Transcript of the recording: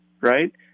right